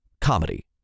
comedy